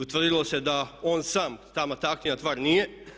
Utvrdilo se da on sam, ta aktivna tvar nije.